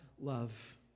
love